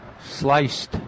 sliced